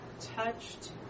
touched